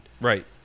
Right